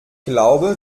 glaube